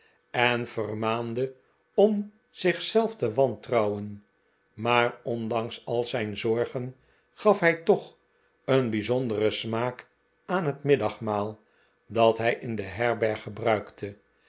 en vermaande om zich zelf te wantrouwen maar ondanks al zijn zorgen gaf zij toch een bijzonderen smaak aan het middagmaal dat hij in de herberg gebruikte